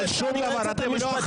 שום דבר אתם לא יודעים לעשות.